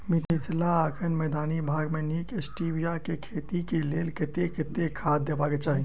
मिथिला एखन मैदानी भूभाग मे नीक स्टीबिया केँ खेती केँ लेल कतेक कतेक खाद देबाक चाहि?